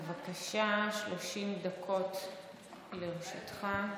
בבקשה, 30 דקות לרשותך.